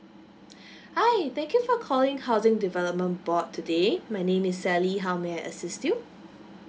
hi thank you for calling housing development board today my name is sally how may I assist you